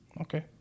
Okay